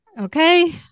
Okay